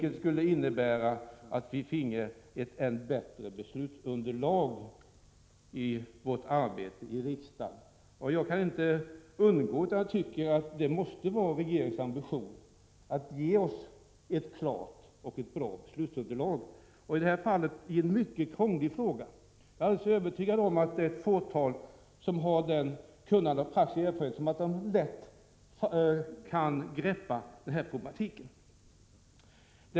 Det skulle innebära att vi finge ett än bättre beslutsunderlag för vårt arbete i riksdagen. Jag kan inte underlåta att säga att jag tycker att det måste vara regeringens ambition att ge oss ett klarläggande och bra beslutsunderlag, särskilt i ett fall som detta, där det gäller en mycket krånglig fråga. Jag är alldeles övertygad om att det är ett fåtal som har ett sådant kunnande och en sådan praktisk erfarenhet att de lätt kan tränga in i den här problematiken.